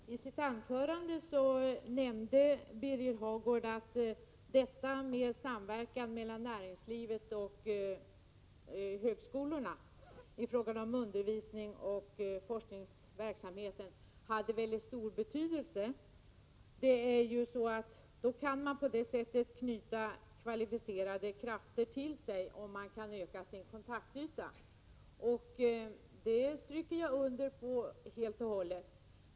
Fru talman! I sitt anförande nämnde Birger Hagård att samverkan mellan näringslivet och högskolorna i fråga om undervisning och forskningsverksamhet hade väldigt stor betydelse. På det sättet kan man knyta kvalificerade krafter till sig, och man kan öka sin kontaktyta. Det skriver jag under på helt och hållet.